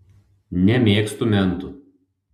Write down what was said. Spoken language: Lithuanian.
nemėgstu mentų